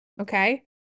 okay